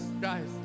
Guys